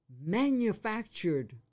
manufactured